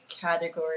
category